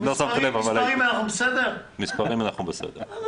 לא שמת לב, אבל הייתי.